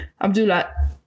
Abdullah